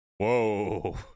Whoa